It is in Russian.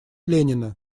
ленина